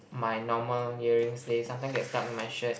my normal earrings they sometime get stuck in my shirt